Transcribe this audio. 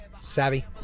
Savvy